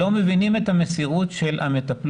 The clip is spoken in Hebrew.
לא מבינים את המסירות שלהן.